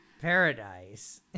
paradise